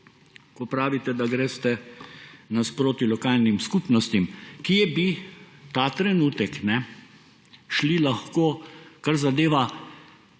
ko pravite, da greste naproti lokalnim skupnostim. Kje bi ta trenutek šli lahko, kar zadeva